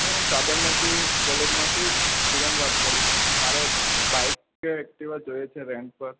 હું સાબરમતી કોલેજમાંથી સ્ટુડન્ટ વાત કરું છું મારે બાઇક કે ઍક્ટિવા જોઈએ છે રેન્ટ પર